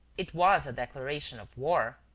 it was a declaration of war.